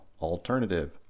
alternative